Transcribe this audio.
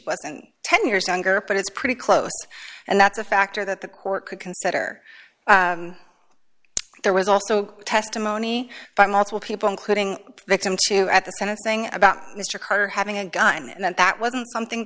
wasn't ten years younger but it's pretty close and that's a factor that the court could consider there was also testimony by multiple people including victim two at the senate saying about mr carter having a gun and that that wasn't something